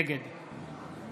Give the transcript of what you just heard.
נגד